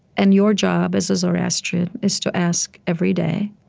and your job as a zoroastrian is to ask every day,